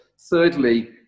thirdly